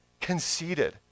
conceited